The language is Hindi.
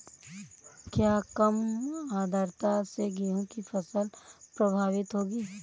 क्या कम आर्द्रता से गेहूँ की फसल प्रभावित होगी?